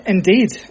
Indeed